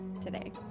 today